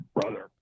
Brother